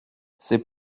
c’est